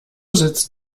sitzt